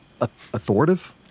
Authoritative